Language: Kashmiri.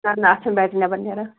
نہَ نہَ اَتھ چھَنہٕ بیٹری نیٚبر نیران